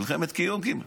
מלחמת קיום.